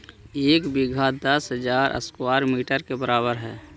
एक बीघा दस हजार स्क्वायर मीटर के बराबर हई